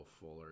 Fuller